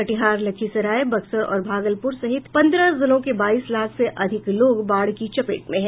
कटिहार लखीसराय बक्सर और भागलपुर सहित पन्द्रह जिलों के बाईस लाख से अधिक लोग बाढ़ के चपेट में हैं